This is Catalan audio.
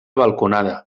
balconada